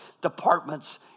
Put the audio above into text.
departments